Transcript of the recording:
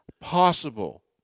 possible